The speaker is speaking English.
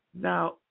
Now